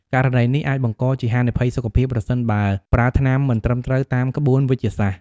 ករណីនេះអាចបង្កជាហានិភ័យសុខភាព ប្រសិនបើប្រើថ្នាំមិនត្រឹមត្រូវតាមក្បួនវេជ្ជសាស្ត្រ។